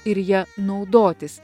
ir ja naudotis